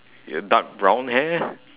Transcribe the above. dark brown hair